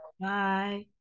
Bye